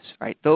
Right